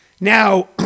Now